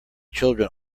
children